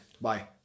Bye